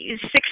six